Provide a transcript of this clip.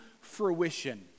fruition